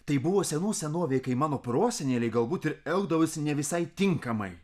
tai buvo senų senovėj kai mano proseneliai galbūt ir elgdavosi ne visai tinkamai